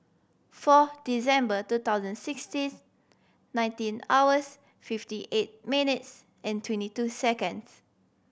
four December two thousand sixteens nineteen hours fifty eight minutes and twenty two seconds